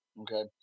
Okay